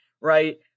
right